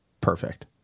perfect